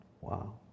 Wow